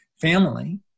family